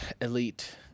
elite